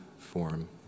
form